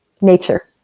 nature